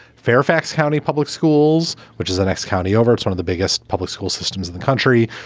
fairfax county public schools, which is the next county over, it's one of the biggest public school systems in the country,